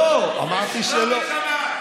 אמרתי שלא,